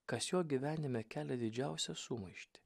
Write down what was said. kas jo gyvenime kelia didžiausią sumaištį